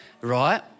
Right